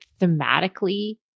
thematically